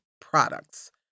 products